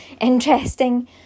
interesting